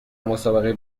مسابقه